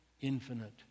infinite